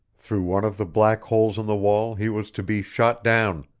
through one of the black holes in the wall he was to be shot down,